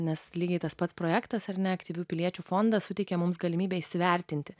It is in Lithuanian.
nes lygiai tas pats projektas ar neaktyvių piliečių fondas suteikia mums galimybę įsivertinti